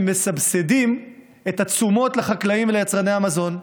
הם מסבסדים את התשומות לחקלאים וליצרני המזון.